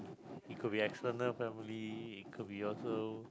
it could be external family it could be also